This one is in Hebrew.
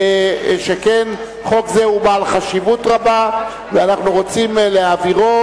שכן חוק זה הוא בעל חשיבות רבה ואנחנו רוצים להעבירו